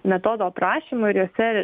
metodo aprašymu ir juose